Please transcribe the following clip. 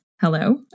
hello